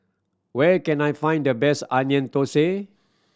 where can I find the best Onion Thosai